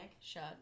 Shut